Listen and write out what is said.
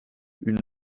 une